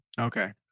Okay